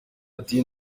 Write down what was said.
ati